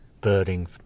birding